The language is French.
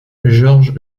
george